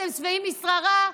אתם שבעים משררה,